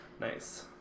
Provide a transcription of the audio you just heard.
Nice